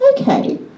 Okay